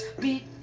beat